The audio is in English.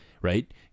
right